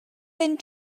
wyn